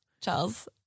Charles